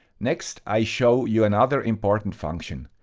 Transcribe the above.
next, i show you another important function.